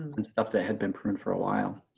on stuff that had been pruned for a while.